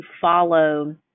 follow